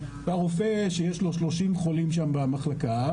והרופא שיש לו 30 חולים שם במחלקה,